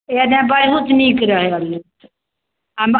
एन्ने बहुत नीक रहै अल्लू आ